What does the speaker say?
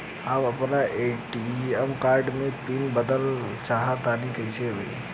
हम आपन ATM card के पीन बदलल चाहऽ तनि कइसे होई?